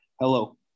Hello